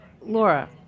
Laura